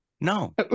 No